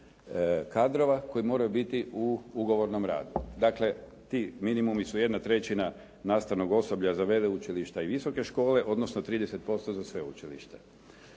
kadrova koji moraju biti u ugovornom radu. Dakle, ti minimumi su 1/3 nastavnog osoblja za veleučilišta i visoke škole, odnosno 30% za sveučilište.